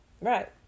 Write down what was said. right